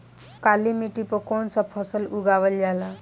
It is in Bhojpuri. काली मिट्टी पर कौन सा फ़सल उगावल जाला?